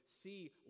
see